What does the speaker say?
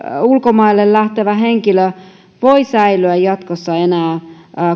ulkomaille lähtevä henkilö voi säilyä jatkossa enää